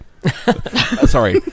Sorry